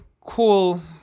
cool